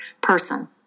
person